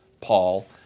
Paul